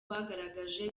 bagaragaje